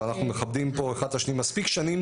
ואנחנו מכבדים פה אחד את השני מספיק שנים